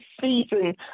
season